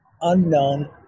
unknown